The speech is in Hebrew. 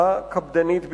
הקפדנית ביותר.